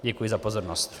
Děkuji za pozornost.